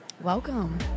Welcome